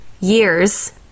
years